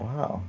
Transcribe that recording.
Wow